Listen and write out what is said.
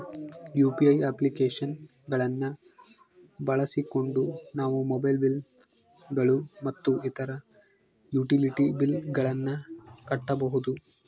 UPI application ಗಳನ್ನ ಬಳಸಿಕೊಂಡು ನಾವು ಮೊಬೈಲ್ ಬಿಲ್ ಗಳು ಮತ್ತು ಇತರ ಯುಟಿಲಿಟಿ ಬಿಲ್ ಗಳನ್ನ ಕಟ್ಟಬಹುದು